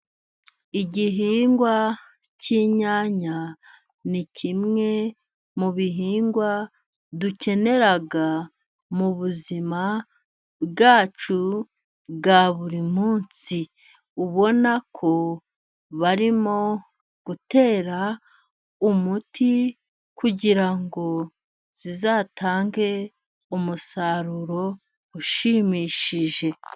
Igihingwa cy'inyanya ni kimwe mu bihingwa dukenera muzima bwacu bwa buri munsi. Ubona ko barimo gutera umuti kugirango zizatange umusaruro ushimishije.